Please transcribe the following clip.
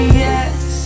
yes